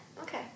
Okay